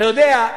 אתה יודע,